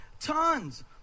Tons